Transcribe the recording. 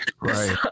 right